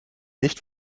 nicht